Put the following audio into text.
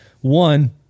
one